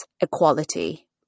equality